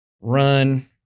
run